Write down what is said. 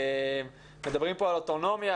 מדברים פה על אוטונומיה,